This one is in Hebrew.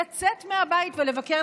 לצאת מהבית ולבקר,